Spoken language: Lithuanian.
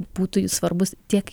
būtų jis svarbus tiek